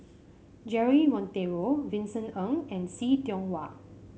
Jeremy Monteiro Vincent Ng and See Tiong Wah